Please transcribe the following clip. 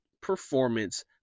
performance